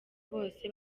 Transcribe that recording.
bose